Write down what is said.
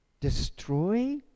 destroy